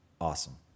Awesome